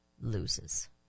loses